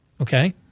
Okay